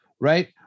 right